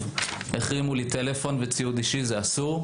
שבהם החרימו לי טלפון וציוד אישי זה אסור,